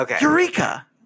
Eureka